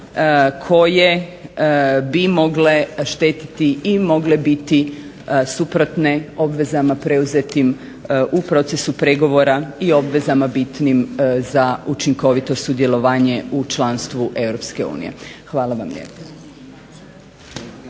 koje bi mogle štetiti i mogle biti suprotne obvezama preuzetim u procesu pregovora i obvezama bitnim za učinkovito sudjelovanje u članstvu Europske unije. Hvala vam lijepa.